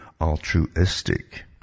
altruistic